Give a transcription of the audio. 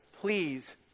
please